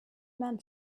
men